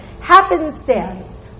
happenstance